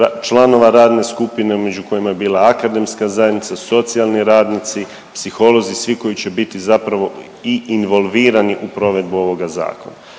članova radne skupine među kojima je bila akademska zajednica, socijalni radnici, psiholozi, svi koji će biti zapravo i involvirani u provedbu ovoga zakona.